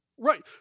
right